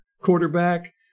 quarterback